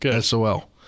SOL